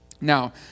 Now